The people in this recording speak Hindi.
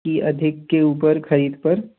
जी अधिक के ऊपर ख़रीद पर